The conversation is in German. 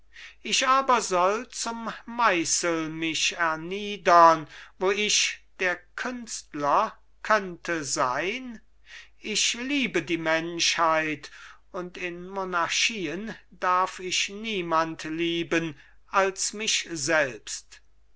ich aber soll zum meißel mich erniedern wo ich der künstler könnte sein ich liebe die menschheit und in monarchien darf ich niemand lieben als mich selbst